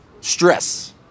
stress